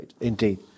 indeed